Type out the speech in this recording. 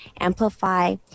amplify